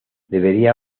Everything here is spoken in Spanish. debería